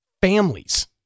families